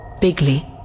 Bigly